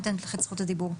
בבקשה.